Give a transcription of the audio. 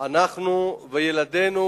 אנחנו וילדינו.